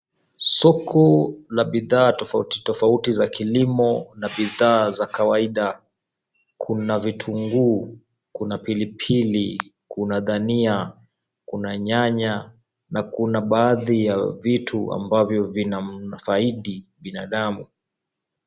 Soko la bidhaa tofauti tofauti za kilimo na bidhaa za kawaida kuna vitunguu, kuna pilipili, kuna dania kuna nyanya na kuna baadhi ya vitu ambavyo vina mfaidi binadamu.